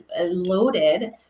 loaded